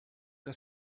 que